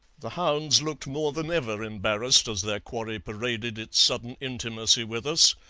the hounds looked more than ever embarrassed as their quarry paraded its sudden intimacy with us,